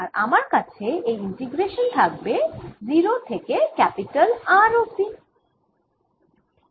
আর আমার কাছে এই ইন্টিগ্রেশান থাকবে 0 থেকে ক্যাপিটাল R অবধি